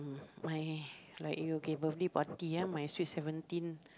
my like you okay birthday party ah my sweet seventeen